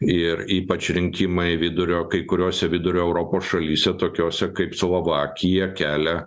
ir ypač rinkimai vidurio kai kuriose vidurio europos šalyse tokiose kaip slovakija kelia